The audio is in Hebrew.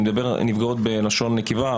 אני מדבר על נפגעות בלשון נקבה,